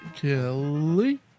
Kelly